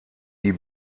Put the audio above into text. die